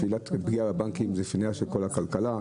נפילה של הבנקים זו נפילה של כל הכלכלה,